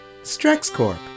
StrexCorp